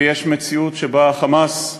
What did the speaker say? ויש מציאות שבה ה"חמאס",